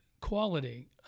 quality